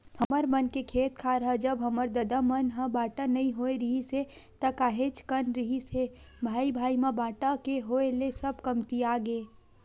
हमर मन के खेत खार ह जब हमर ददा मन ह बाटा नइ होय रिहिस हे ता काहेच कन रिहिस हे भाई भाई म बाटा के होय ले सब कमतियागे